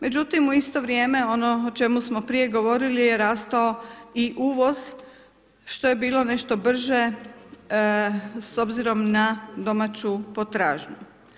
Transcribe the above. Međutim, u isto vrijeme ono o čemu smo prije govorili je rastao i uvoz što je bilo nešto brže s obzirom na domaću potražnju.